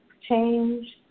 change